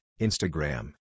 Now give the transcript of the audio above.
Instagram